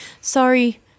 Sorry